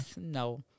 No